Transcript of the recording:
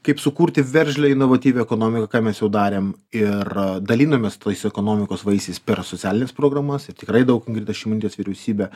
kaip sukurti veržlią inovatyvią ekonomiką ką mes jau darėm ir dalinomės tais ekonomikos vaisiais per socialines programas ir tikrai daug ingridos šimonytės vyriausybė